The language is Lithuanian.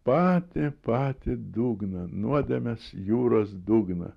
patį patį dugną nuodėmės jūros dugną